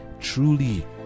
truly